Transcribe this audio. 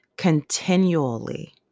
Continually